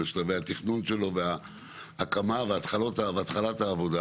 בשלבי התכנון שלו ובהקמה ותחילת העבודה